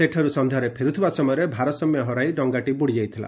ସେଠାରୁ ସନ୍ଧ୍ୟାରେ ଫେରୁଥିବା ସମୟରେ ଭାରସାମ୍ୟ ହରାଇ ଡଙ୍ଗାଟି ବୁଡ଼ି ଯାଇଥିଲା